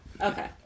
Okay